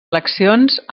eleccions